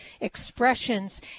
expressions